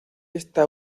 esta